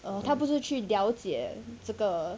err 他不是去了解这个